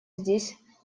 здесь